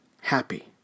happy